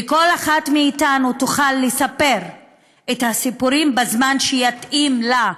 וכל אחת מאיתנו תוכל לספר את הסיפורים בזמן שיתאים לה,